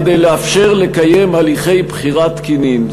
כדי לאפשר לקיים הליכי בחירה תקינים.